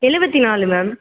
எழுபத்தி நாலு மேம்